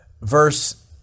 verse